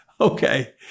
okay